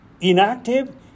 inactive